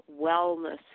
wellness